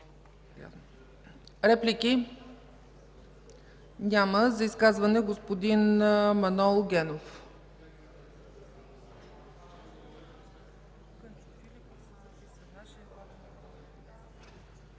Реплики? Няма. За изказване – господин Манол Генов.